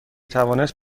توانست